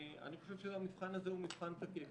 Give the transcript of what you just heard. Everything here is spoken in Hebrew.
ואני חושב שהמבחן הזה הוא מבחן תקף